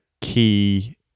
key